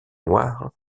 noirs